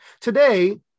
Today